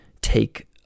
take